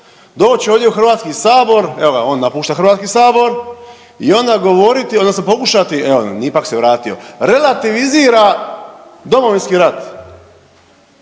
doći ovdje u HS, evoga on napušta HS i onda govoriti odnosno pokušati, evo ipak se vratio, relativizira Domovinski rat.